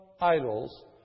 idols